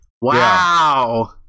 Wow